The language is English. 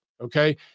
Okay